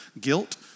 guilt